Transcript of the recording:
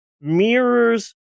mirrors